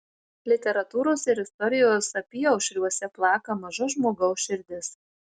literatūros ir istorijos apyaušriuose plaka maža žmogaus širdis